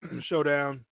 Showdown